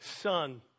son